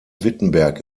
wittenberg